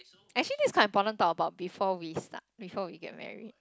actually this is quite important to talk about before we start before we get married